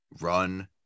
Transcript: run